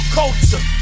culture